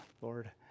Lord